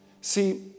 See